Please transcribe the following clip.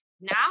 Now